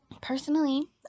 personally